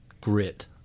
grit